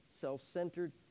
self-centered